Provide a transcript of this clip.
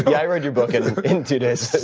yeah i read your book and in two days.